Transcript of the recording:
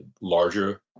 larger